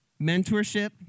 mentorship